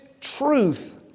truth